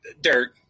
Dirt